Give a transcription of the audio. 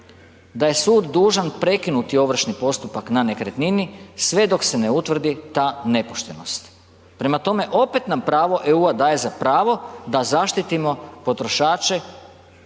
da je sud dužan prekinuti ovršni postupak na nekretnini sve dok se ne utvrdi ta nepoštenost. Prema tome, opet nam pravo EU-a da je za pravo da zaštitimo potrošače